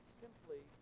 simply